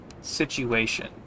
situation